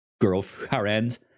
girlfriend